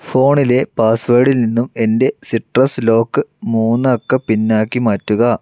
ഫോണിലെ പാസ്വേർഡിൽ നിന്നും എൻ്റെ സിറ്റ്ട്രസ് ലോക്ക് മൂന്നക്ക പിന്നാക്കി മാറ്റുക